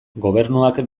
gobernuak